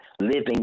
living